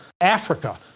Africa